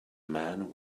man